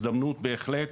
זו הזדמנות בהחלט